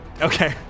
Okay